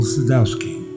Sadowski